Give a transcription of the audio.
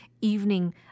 evening